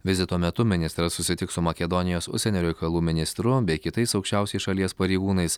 vizito metu ministras susitiks su makedonijos užsienio reikalų ministru bei kitais aukščiausiais šalies pareigūnais